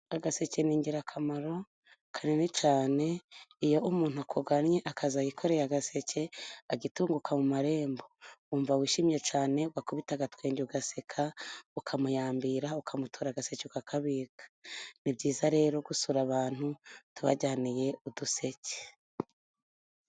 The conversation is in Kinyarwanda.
Agaseke ni ingirakamaro kanini cyane, iyo umuntu akuganye akaza yikoreye agaseke agitunguka mu marembo wumva wishimye cyane, ugaakubita agatwenge ugaseka ukamuyambira ukamutura agaseke ukakabika, ni byiza rero gusura abantu tubajyaniye uduseke.